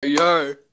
Yo